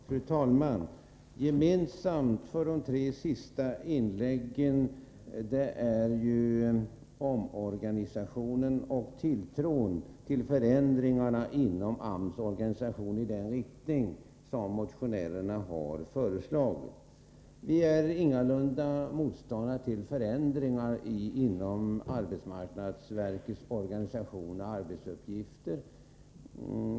Fru talman! Gemensamma för de tre senaste inläggen är synpunkterna angående frågan om omorganisationen och tilltron till förändringarna inom AMS organisation i den riktning som motionärerna har föreslagit. Vi är ingalunda motståndare till förändringar när det gäller arbetsmarknadsverkets organisation och arbetsuppgifter.